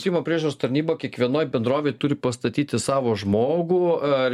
seimo priežiūros tarnyba kiekvienoj bendrovėj turi pastatyti savo žmogų ar